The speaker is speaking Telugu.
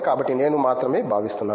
కాబట్టి నేను మాత్రమే భావిస్తున్నాను